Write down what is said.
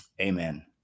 Amen